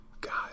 God